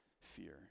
fear